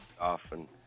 Often